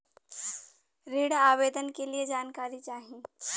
ऋण आवेदन के लिए जानकारी चाही?